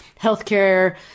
healthcare